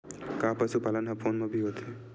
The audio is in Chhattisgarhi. का पशुपालन ह फोन म भी होथे?